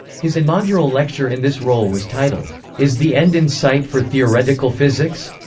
his inaugural lecture in this role was titled is the end in sight for theoretical physics?